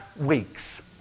weeks